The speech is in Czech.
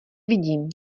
vidím